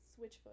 Switchfoot